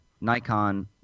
Nikon